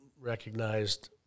recognized